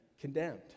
condemned